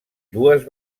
dues